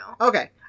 Okay